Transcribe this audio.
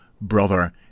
brother